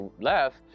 left